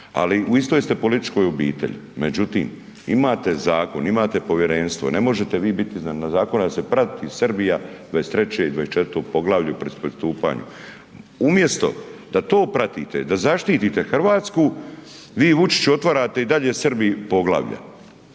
ali u istoj ste političkoj obitelji. Međutim, imate zakon, imate povjerenstvo, ne možete vi biti iznad zakona jer se prati Srbija 23. i 24. Poglavlje pri pristupanje. Umjesto da to pratite da zaštite Hrvatsku, vi Vučiću otvarate i dalje Srbiji poglavlja.